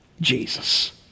Jesus